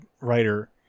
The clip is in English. writer